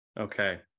Okay